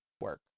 work